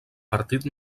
partit